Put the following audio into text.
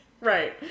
Right